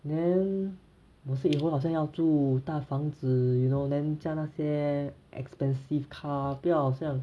then 是以后好像要住大房子 you know then 驾那些 expensive car 不要好像